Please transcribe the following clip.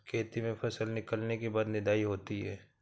खेती में फसल निकलने के बाद निदाई होती हैं?